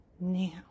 Now